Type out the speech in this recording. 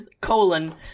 colon